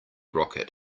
rocket